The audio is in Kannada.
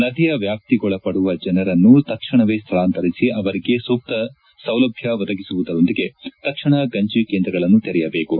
ನದಿಯ ವ್ಯಾಪ್ತಿಗೊಳಪಡುವ ಜನರನ್ನು ತಕ್ಷಣವೇ ಸ್ವಳಾಂತರಿಸಿ ಅವರಿಗೆ ಸೂಕ್ತ ಸೌಲಭ್ವ ಒದಗಿಸುವುದರೊಂದಿಗೆ ತಕ್ಷಣ ಗಂಜಿ ಕೇಂದ್ರಗಳನ್ನು ತೆರೆಯಬೇಕು